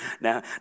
now